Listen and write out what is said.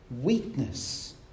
weakness